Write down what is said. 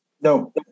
No